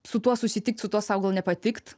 su tuo susitikt su tuo sau gal nepatikt